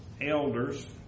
elders